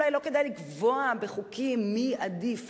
אולי לא כדאי לקבוע בחוקים מי עדיף,